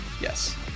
Yes